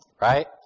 right